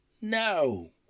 No